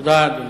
תודה,